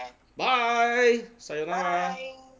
bye sayonara